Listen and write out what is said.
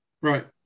Right